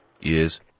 Years